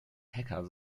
hacker